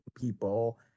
people